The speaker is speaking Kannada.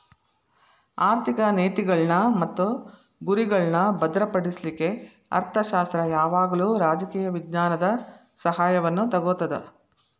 ಆರ್ಥಿಕ ನೇತಿಗಳ್ನ್ ಮತ್ತು ಗುರಿಗಳ್ನಾ ಭದ್ರಪಡಿಸ್ಲಿಕ್ಕೆ ಅರ್ಥಶಾಸ್ತ್ರ ಯಾವಾಗಲೂ ರಾಜಕೇಯ ವಿಜ್ಞಾನದ ಸಹಾಯವನ್ನು ತಗೊತದ